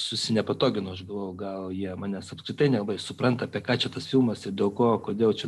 susinepatoginau aš galvojau gal jie manęs apskritai nelabai supranta apie ką čia tas filmas ir dėl ko kodėl čia